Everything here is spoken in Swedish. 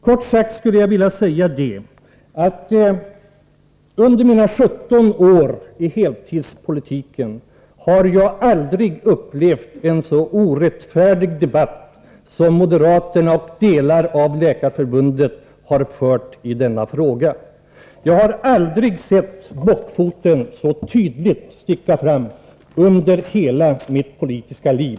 Kort sagt skulle jag vilja förklara: Under mina 17 år i heltidspolitiken har jag aldrig upplevt en så orättfärdig debatt som den moderaterna och delar av Läkarförbundet har fört i denna fråga. Jag har aldrig sett bockfoten så tydligt sticka fram under hela mitt politiska liv.